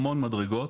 המון מדרגות,